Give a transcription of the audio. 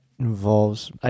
involves